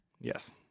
Yes